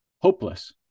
hopeless